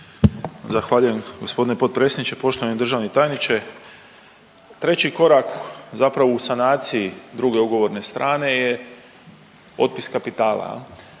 Zahvaljujem gospodine potpredsjedniče. Poštovani državni tajniče, treći korak zapravo u sanaciji druge ugovorne strane je otpis kapitala